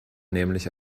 nämlich